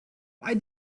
why